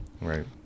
right